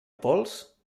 pols